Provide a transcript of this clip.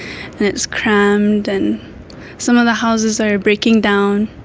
and it's crammed, and some of the houses are breaking down.